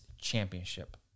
Championship